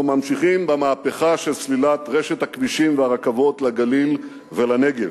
אנחנו ממשיכים במהפכה של סלילת רשת הכבישים והרכבות לגליל ולנגב.